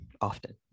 often